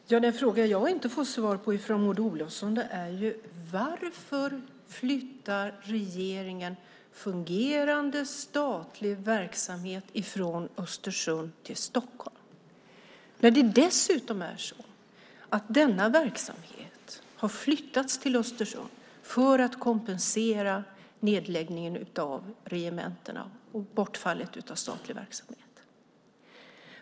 Herr talman! Den fråga jag inte får svar på från Maud Olofsson är: Varför flyttar regeringen fungerande statlig verksamhet från Östersund till Stockholm? Dessutom har denna verksamhet flyttats till Östersund för att kompensera nedläggningen av regementena, bortfallet av statlig verksamhet.